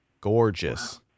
Gorgeous